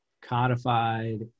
codified